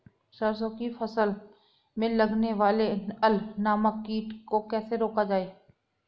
सरसों की फसल में लगने वाले अल नामक कीट को कैसे रोका जाए?